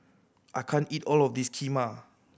I can't eat all of this Kheema